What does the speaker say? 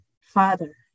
father